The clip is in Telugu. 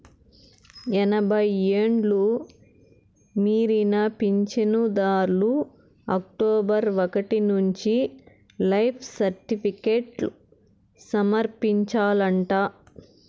ఎనభై ఎండ్లు మీరిన పించనుదార్లు అక్టోబరు ఒకటి నుంచి లైఫ్ సర్టిఫికేట్లు సమర్పించాలంట